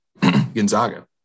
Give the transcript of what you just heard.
Gonzaga